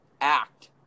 act